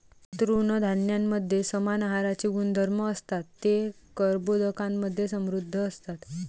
तृणधान्यांमध्ये समान आहाराचे गुणधर्म असतात, ते कर्बोदकांमधे समृद्ध असतात